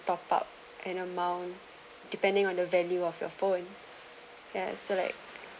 top up an amount depending on the value of your phone ya so like